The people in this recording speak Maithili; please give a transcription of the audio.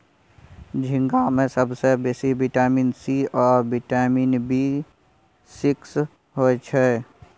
झींगा मे सबसँ बेसी बिटामिन सी आ बिटामिन बी सिक्स होइ छै